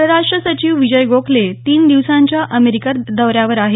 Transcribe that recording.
परराष्ट्र सचिव विजय गोखले तीन दिवसांच्या अमेरिका दौऱ्यावर आहेत